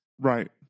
Right